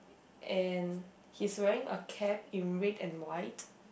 and he's wearing a cap in red and white